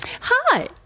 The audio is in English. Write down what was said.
Hi